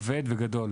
כבד וגדול.